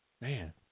Man